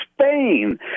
Spain